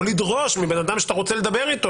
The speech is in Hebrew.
או לדרוש מבן אדם שאתה רוצה לדבר איתו